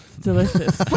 Delicious